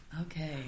Okay